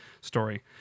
story